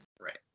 right